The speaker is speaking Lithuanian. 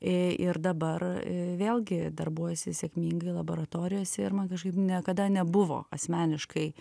i ir dabar vėlgi darbuojuosi sėkmingai laboratorijose ir man kažkaip niekada nebuvo asmeniškai